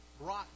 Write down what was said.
brought